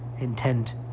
intent